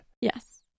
Yes